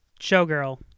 Showgirl